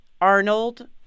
Arnold